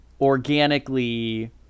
organically